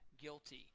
guilty